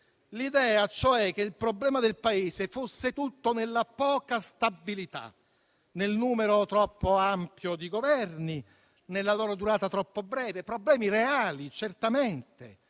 l'idea, cioè, che il problema del Paese fosse tutto nella poca stabilità, nel numero troppo ampio di Governi e nella loro durata troppo breve, problemi reali, certamente,